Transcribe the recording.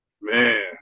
Man